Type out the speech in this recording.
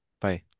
Bye